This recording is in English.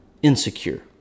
Insecure